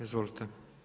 Izvolite.